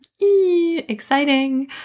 Exciting